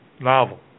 novel